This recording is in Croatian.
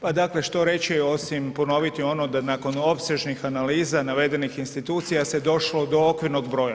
Pa dakle, što reći osim ponoviti ono da nakon opsežnih analiza navedenih institucija se došlo do okvirnog broja.